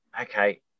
okay